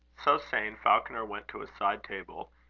so saying, falconer went to a side-table,